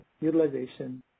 utilization